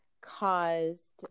caused